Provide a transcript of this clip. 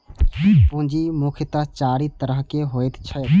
पूंजी मुख्यतः चारि तरहक होइत छैक